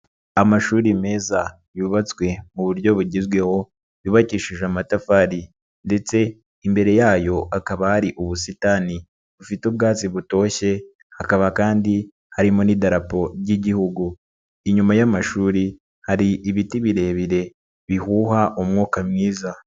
Amashuri meza yubatswe mu buryo bugezweho, yubakishije amatafari ndetse imbere yayo hakaba hari ubusitani bufite ubwatsi butoshye hakaba kandi harimo n'Idarapo ry'Igihugu, inyuma y'amashuri hari ibiti birebire bihuha umwuka mwiza.